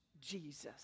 Jesus